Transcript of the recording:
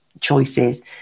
choices